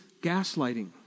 gaslighting